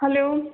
hello